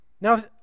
Now